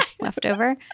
leftover